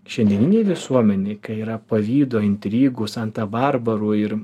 šiandieninėj visuomenėj kai yra pavydo intrigų santa barbarų ir